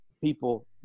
people